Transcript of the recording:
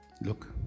Look